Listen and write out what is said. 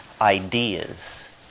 ideas